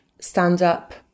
stand-up